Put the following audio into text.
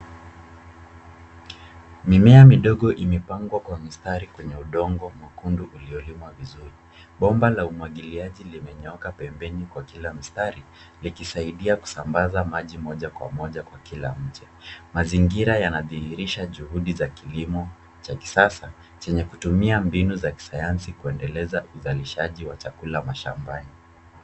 mimea midogo imepangwa kwa mistari kwenye udongo mekundu iliyolimwa vizuri bomba la umwagiliaji limenyooka pembeni kwa kila mistari likisaidia kusambaza maji moja kwa moja kwa kila mche, mazingira yanadhihirisha juhudi za kilimo cha kisasa chenye kutumia mbinu za kisayansi kuendeleza uzalishaji wa chakula shambani